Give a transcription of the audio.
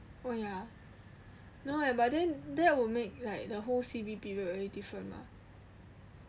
oh ya no eh but then that will make like the whole C_B period very different lah